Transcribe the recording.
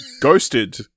Ghosted